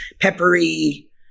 peppery